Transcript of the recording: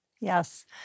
Yes